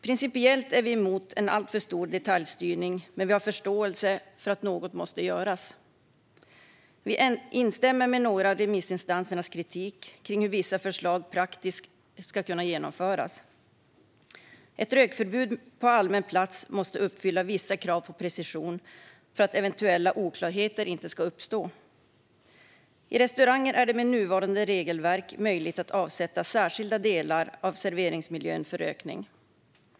Principiellt är vi emot en alltför stor detaljstyrning, men vi har förståelse för att något måste göras. Vi instämmer med några av remissinstansernas kritik kring hur vissa förslag praktiskt ska kunna genomföras. Ett rökförbud på allmän plats måste uppfylla vissa krav på precision för att eventuella oklarheter inte ska uppstå. I restauranger är det med nuvarande regelverk möjligt att avsätta särskilda delar av serveringsmiljön för rökning.